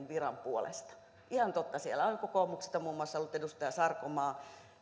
viran puolesta ihan totta siellä on ollut paikalla muun muassa edustaja sarkomaa